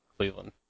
Cleveland